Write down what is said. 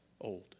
old